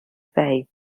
vai